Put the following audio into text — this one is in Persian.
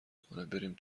کنهبریم